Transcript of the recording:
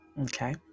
okay